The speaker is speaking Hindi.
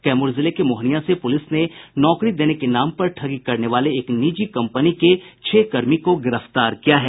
कैमूर जिले के मोहनिया से पूलिस ने नौकरी देने के नाम पर ठगी करने वाले एक निजी कम्पनी के छह कर्मी को गिरफ्तार किया है